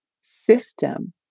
system